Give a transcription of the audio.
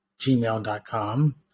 gmail.com